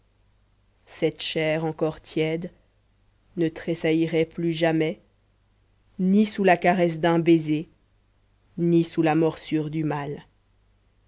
cette chair encore tiède ne tressaillerait plus jamais ni sous la caresse d'un baiser ni sous la morsure du mal